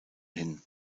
hin